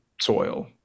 soil